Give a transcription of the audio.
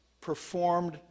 performed